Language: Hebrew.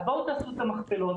אז בואו תעשו את המכפלות.